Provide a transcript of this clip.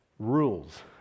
rules